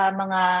mga